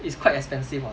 it's quite expensive [what]